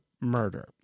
murder